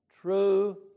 true